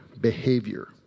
behavior